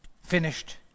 finished